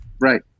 Right